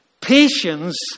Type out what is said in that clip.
Patience